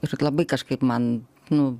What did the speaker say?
ir labai kažkaip man nu